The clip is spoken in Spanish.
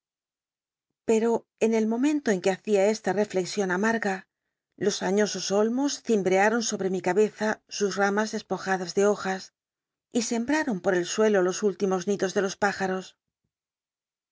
pero en el momento en que hacia esta rcflcxion amarga jos añosos olmos cimbrearon sobre mi cabeza sus ramas despojadas de hojas y sembraron por el suelo los últimos nidos de los pájaros